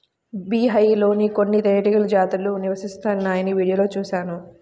beehive లో కొన్ని తేనెటీగ జాతులు నివసిస్తాయని వీడియోలో చూశాను